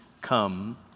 come